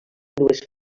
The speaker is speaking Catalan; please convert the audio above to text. dues